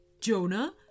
Jonah